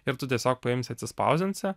ir tu tiesiog paimsi atsispausdinsi